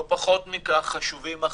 אך לא פחות מכך חשובים החיים.